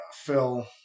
Phil